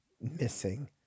missing